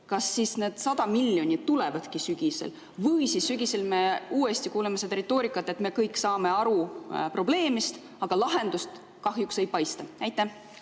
Kas siis need 100 miljonit tulevadki sügisel või sügisel me kuuleme uuesti seda retoorikat, et me kõik saame aru probleemist, aga lahendust kahjuks ei paista?